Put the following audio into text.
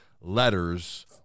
letters